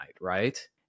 Right